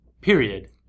period